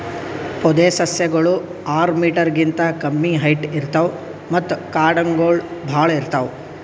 ಪೊದೆಸಸ್ಯಗೋಳು ಆರ್ ಮೀಟರ್ ಗಿಂತಾ ಕಮ್ಮಿ ಹೈಟ್ ಇರ್ತವ್ ಮತ್ತ್ ಕಾಂಡಗೊಳ್ ಭಾಳ್ ಇರ್ತವ್